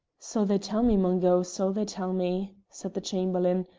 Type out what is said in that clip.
so they tell me, mungo so they tell me, said the chamberlain,